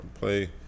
play